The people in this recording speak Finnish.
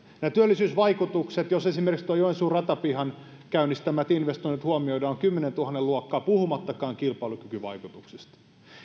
nämä työllisyysvaikutukset jos esimerkiksi joensuun ratapihan käynnistämät investoinnit huomioidaan ovat kymmenentuhannen luokkaa puhumattakaan kilpailukykyvaikutuksista